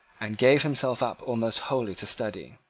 and gave himself up almost wholly to study.